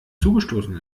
zugestoßen